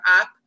up